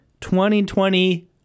2020